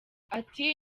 ati